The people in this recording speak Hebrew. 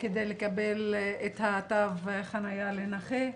כדי לקבל את תו חנייה לנכה.